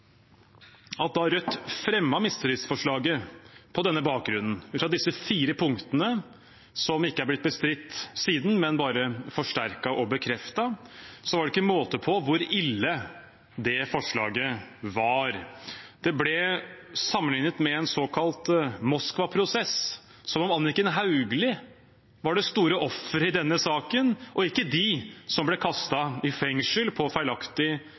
at da Rødt fremmet mistillitsforslaget på denne bakgrunnen, ut fra disse fire punktene som ikke er blitt bestridt siden, men bare forsterket og bekreftet, var det ikke måte på hvor ille det forslaget var. Det ble sammenlignet med en såkalt Moskva-prosess, som om Anniken Hauglie var det store offeret i denne saken og ikke de som ble kastet i fengsel på feilaktig